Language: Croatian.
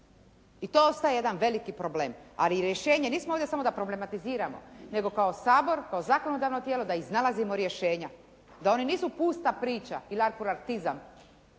I to ostaje jedan veliki problem, ali i rješenje. Nismo ovdje samo da problematizirano, nego kao Sabor, kao zakonodavno tijelo da iznalazimo rješenja, da oni nisu pusta priča i larfurartizam,